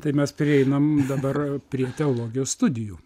tai mes prieinam dabar prie teologijos studijų